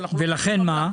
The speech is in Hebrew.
ולכן מה?